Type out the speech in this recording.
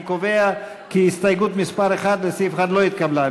אני קובע כי הסתייגות מס' 1 לסעיף 1 לא התקבלה.